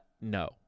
no